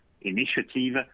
initiative